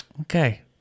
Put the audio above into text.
okay